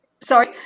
Sorry